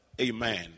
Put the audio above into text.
amen